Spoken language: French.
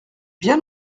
bien